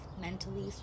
mentally